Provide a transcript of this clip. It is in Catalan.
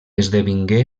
esdevingué